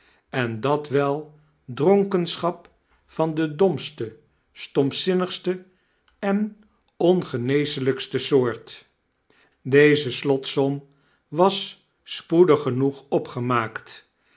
en dat wel dronkenschap van de domste stompzinnigste en ongeneeslijkste soort deze slotsom was spoedig genoeg opgemaakt